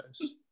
guys